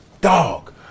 Dog